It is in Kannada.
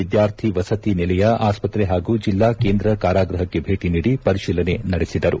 ವಿದ್ಯಾರ್ಥಿ ವಸತಿ ನಿಲಯ ಆಸ್ತ್ರೆ ಹಾಗೂ ಜಿಲ್ಲಾ ಕೇಂದ್ರ ಕಾರಾಗೃಹಕ್ಕೆ ಭೇಟಿ ನೀಡಿ ಪರಿತೀಲನೆ ನಡೆಸಿದರು